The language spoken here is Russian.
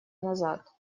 назад